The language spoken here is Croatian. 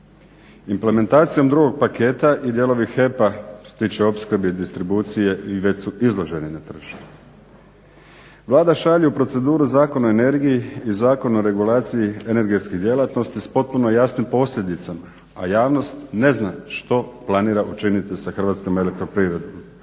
Implementacijom drugog paketa i dijelovi HEP-a, što se tiče opskrbe i distribucije i već su izloženi na tržištu. Vlada šalje u proceduru Zakon o energiji i Zakon o regulaciji energetskih djelatnosti s potpuno jasnim posljedicama, a javnost ne zna što planira učiniti sa Hrvatskom elektroprivredom,